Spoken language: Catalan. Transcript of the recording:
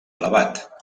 elevat